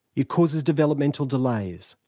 it causes developmental delays,